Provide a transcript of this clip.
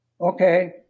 okay